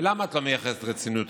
ולמה את לא מייחסת רצינות